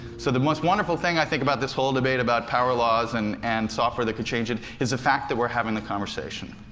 so the most wonderful thing, i think, about this whole debate about power laws and and software that could change it is the fact that we're having the conversation.